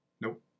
Nope